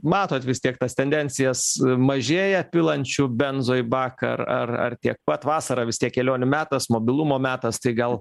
matot vis tiek tas tendencijas mažėja pilančių benzo į baką ar ar ar tiek pat vasarą vis tiek kelionių metas mobilumo metas tai gal